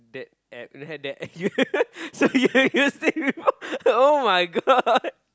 that add that add you so you you see before [oh]-my-god